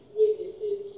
witnesses